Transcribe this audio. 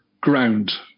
ground